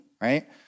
right